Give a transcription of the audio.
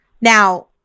Now